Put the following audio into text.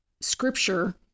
scripture